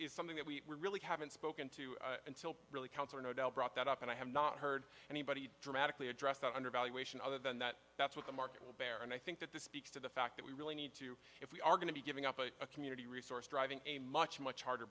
is something that we really haven't spoken to until really counts or no deal brought that up and i have not heard anybody dramatically address that undervaluation other than that that's what the market will bear and i think that this speaks to the fact that we really need to if we are going to be giving up a community resource driving a much much harder